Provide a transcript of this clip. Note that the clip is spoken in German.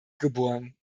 geboren